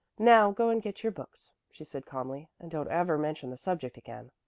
now go and get your books, she said calmly, and don't ever mention the subject again.